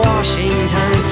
Washington